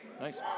Nice